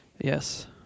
Yes